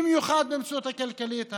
במיוחד במציאות הכלכלית הנוכחית.